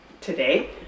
today